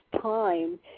time